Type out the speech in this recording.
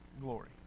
glory